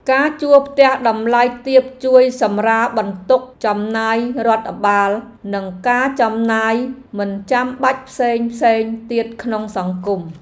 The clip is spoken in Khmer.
ការជួលផ្ទះតម្លៃទាបជួយសម្រាលបន្ទុកចំណាយរដ្ឋបាលនិងការចំណាយមិនចាំបាច់ផ្សេងៗទៀតក្នុងសង្គម។